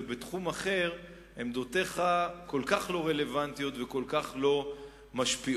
ובתחום אחר עמדותיך כל כך לא רלוונטיות וכל כך לא משפיעות.